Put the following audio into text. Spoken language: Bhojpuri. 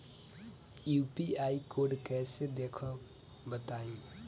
यू.पी.आई कोड कैसे देखब बताई?